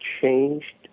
changed